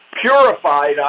purified